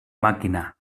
màquina